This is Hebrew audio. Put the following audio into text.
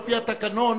על-פי התקנון,